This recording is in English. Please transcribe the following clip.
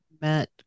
met